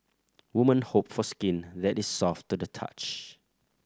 women hope for skin that is soft to the touch